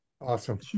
Awesome